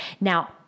Now